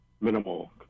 minimal